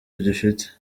ugifite